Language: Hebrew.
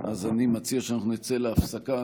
אני מציע שנצא להפסקה.